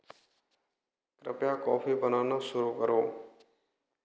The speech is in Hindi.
कृपया कॉफी बनाना शुरू करो